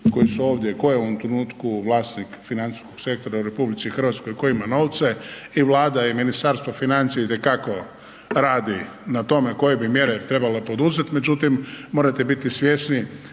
koji su ovdje, ko je u ovom trenutku vlasnik financijskog sektora u RH, ko ima novce i Vlada i Ministarstvo financija itekako radi na tome koje bi mjere trebala poduzet. Međutim, morate biti svjesni,